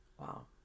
Wow